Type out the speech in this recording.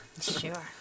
Sure